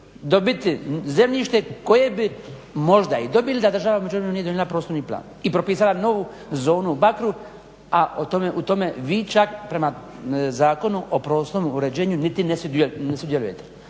dobiti zemljište koje bi možda i dobili da država u međuvremenu nije donijela prostorni plan i propisala novu zonu Bakru a o tome vi čak prema Zakonu o prostornom uređenju niti ne sudjelujete.